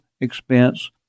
expense